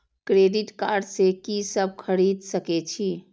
Credit card से की सब खरीद सकें छी?